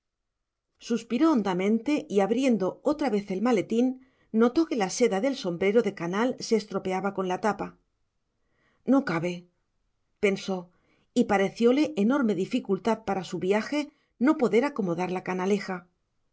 suspiró hondamente y abriendo otra vez el maletín notó que la seda del sombrero de canal se estropeaba con la tapa no cabe pensó y parecióle enorme dificultad para su viaje no poder acomodar la canaleja